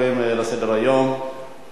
אכן הנושא יעבור לוועדה.